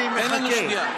תן לנו שנייה.